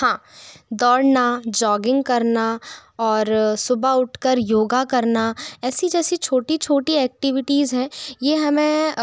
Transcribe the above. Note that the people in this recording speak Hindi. हाँ दौड़ना जॉगिंग करना और सुबह उठ कर योग करना ऐसी जैसी छोटी छोटी एक्टिविटीज़ हैं ये हमें